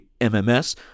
MMS